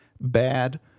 bad